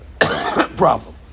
problem